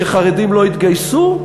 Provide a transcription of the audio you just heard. שחרדים לא יתגייסו?